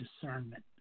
discernment